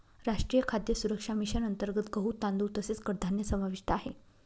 राष्ट्रीय खाद्य सुरक्षा मिशन अंतर्गत गहू, तांदूळ तसेच कडधान्य समाविष्ट आहे